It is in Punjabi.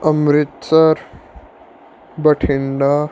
ਅੰਮ੍ਰਿਤਸਰ ਬਠਿੰਡਾ